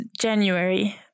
January